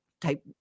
type